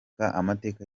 amateka